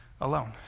alone